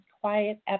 quiet